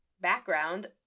background